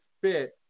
fit